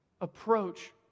approach